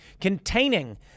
containing